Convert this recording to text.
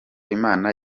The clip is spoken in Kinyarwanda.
imana